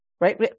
Right